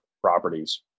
properties